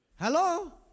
Hello